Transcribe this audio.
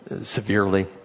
severely